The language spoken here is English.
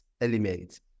element